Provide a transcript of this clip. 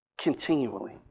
continually